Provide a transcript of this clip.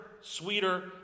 sweeter